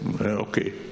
okay